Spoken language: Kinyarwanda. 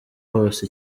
hose